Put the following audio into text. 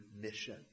mission